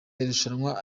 irushanwa